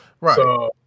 right